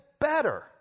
better